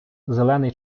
зелений